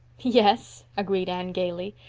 yes, agreed anne gaily,